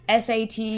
SAT